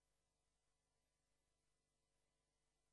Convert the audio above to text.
זה